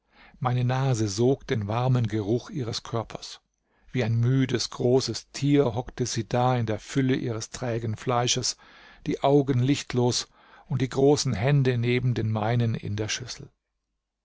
meine nase sog den warmen geruch ihres körpers wie ein müdes großes tier hockte sie da in der fülle ihres trägen fleisches die augen lichtlos und die großen hände neben den meinen in der schüssel